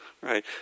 right